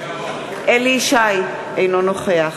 נוכח אליהו ישי, אינו נוכח